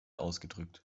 ausgedrückt